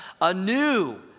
anew